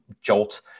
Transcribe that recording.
jolt